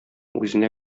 үзенә